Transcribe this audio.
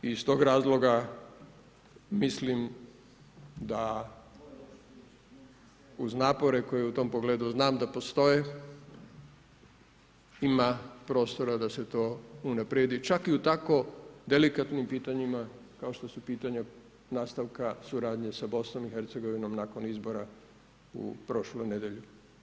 I iz tog razloga mislim da uz napore koje u tom pogledu znam da postoje ima prostora da se to unaprijedi čak i u tako delikatnim pitanjima kao što su pitanja nastavka suradnje sa BiH-a nakon izbora u prošlu nedjelju.